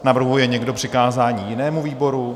Navrhuje někdo přikázání jinému výboru?